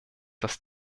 das